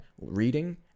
reading